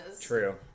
True